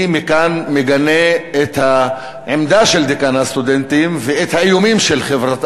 אני מכאן מגנה את העמדה של דיקן הסטודנטים ואת האיומים של החברה